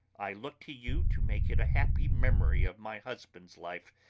i look to you to make it a happy memory of my husband's life